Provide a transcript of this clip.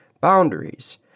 boundaries